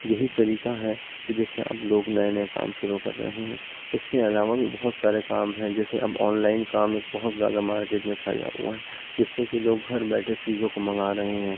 یہی طریقہ ہے کہ جس سے اب لوگ نئے نئے کام شروع کر رہے ہیں اس کے علاوہ بھی بہت سارے کام ہیں جیسے اب آن لائن کام ایک بہت زیادہ مارکیٹ میں چھایا ہوا ہے جس سے کہ لوگ گھر بیٹھے چیزوں کو منگا رہے ہیں